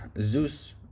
Zeus